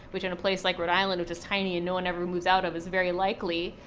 which in a place like rhode island, which is tiny and no one ever moves out of, is very likely.